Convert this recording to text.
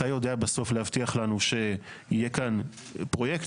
אתה יודע בסוף להבטיח לנו שיהיה כאן פרויקט,